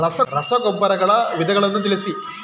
ರಸಗೊಬ್ಬರಗಳ ವಿಧಗಳನ್ನು ತಿಳಿಸಿ?